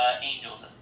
angels